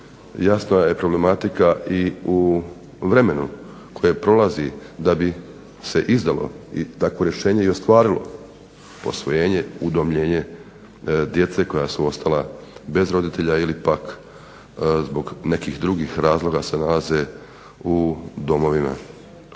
jasna je problematika i u vremenu koje prolazi da bi se izdalo takvo rješenje i ostvarilo posvojenje, udomljenje djece koja su ostala bez roditelja ili pak zbog nekih drugih razloga se nalaze u domovima.